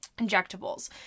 injectables